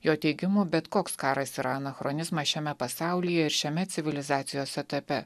jo teigimu bet koks karas yra anachronizmas šiame pasaulyje ir šiame civilizacijos etape